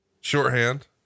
Shorthand